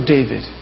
David